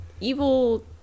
evil